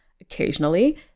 Occasionally